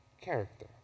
character